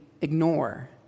ignore